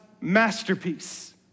masterpiece